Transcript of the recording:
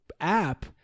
app